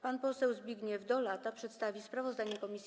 Pan poseł Zbigniew Dolata przedstawi sprawozdanie komisji.